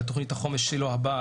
בתוכנית החומש הבאה שלה,